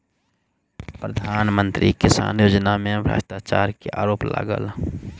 प्रधान मंत्री किसान योजना में भ्रष्टाचार के आरोप लागल